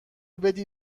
بدی